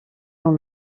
dans